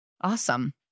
awesome